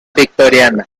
victoriana